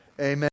amen